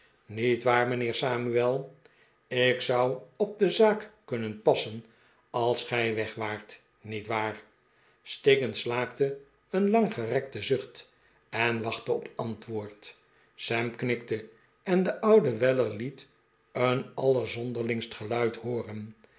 paraplu waar mijnheer samuel ik zou op de zaak kunnen passen als gij weg waart niet waar stiggins slaakte een lang gerekten zucht en wachtte op antwoord sam knikte en de oude weller liet een allerzonderlingst geluid hooren